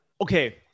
okay